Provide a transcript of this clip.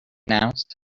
announced